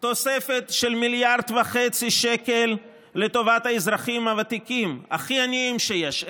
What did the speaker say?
תוספת של 1.5 מיליארד שקל לטובת האזרחים הוותיקים הכי עניים שיש,